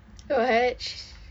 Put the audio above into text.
what